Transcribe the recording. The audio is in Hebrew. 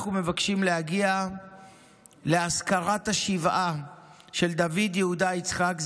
אנחנו מבקשים להגיע לאזכרת השבעה של דוד יהודה יצחק,